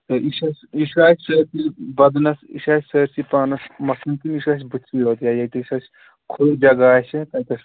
ہَے یہِ چھا اَسہِ یہِ چھا اَسہِ سأرۍ سےٕ بدنس یہِ چھا اَسہِ سٲرۍسٕے پانس متھُن کِنہٕ یہِ چھُ اَسہِ بُتھسٕے یوت یا ییٚتِس اَسہِ کُھلہٕ جگہ آسہِ تَتیٚتس